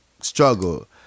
struggle